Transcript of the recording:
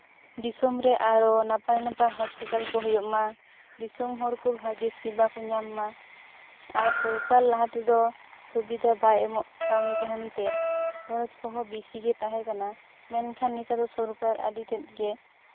ᱫᱤᱥᱚᱢ ᱨᱮ ᱟᱨᱚ ᱱᱟᱯᱟᱭ ᱱᱟᱯᱟᱭ ᱦᱚᱥᱯᱤᱴᱟᱞ ᱠᱚ ᱦᱩᱭᱩᱜ ᱢᱟ ᱫᱤᱥᱚᱢ ᱦᱚᱲᱠᱚ ᱵᱷᱟᱜᱮ ᱥᱮᱵᱟ ᱠᱚ ᱧᱟᱢ ᱢᱟ ᱟᱨ ᱥᱚᱨᱠᱟᱨ ᱞᱟᱦᱟ ᱛᱮᱫᱚ ᱥᱩᱵᱤᱫᱷᱟ ᱵᱟᱭ ᱮᱢᱚᱜ ᱠᱟᱱ ᱛᱟᱦᱮᱱ ᱛᱮ ᱠᱷᱚᱨᱚᱪ ᱠᱚᱦᱚᱸ ᱵᱮᱥᱤᱜᱮ ᱛᱟᱦᱮᱸ ᱠᱟᱱᱟ ᱢᱮᱱᱠᱷᱟᱱ ᱱᱤᱛᱚᱜ ᱫᱚ ᱥᱚᱨᱠᱟᱨ ᱟᱹᱰᱤ ᱛᱮᱜ ᱜᱮ